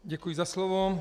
Děkuji za slovo.